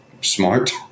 smart